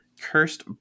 cursed